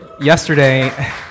Yesterday